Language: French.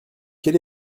quel